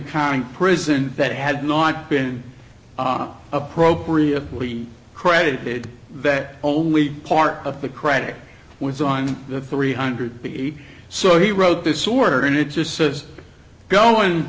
county prison that had not been appropriately credited that only part of the credit was on the three hundred b so he wrote this order and it just says go and